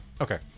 Okay